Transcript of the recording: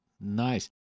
Nice